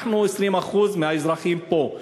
אנחנו 20% מהאזרחים פה,